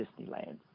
Disneyland